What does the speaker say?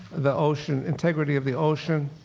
the ocean, integrity of the ocean.